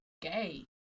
gay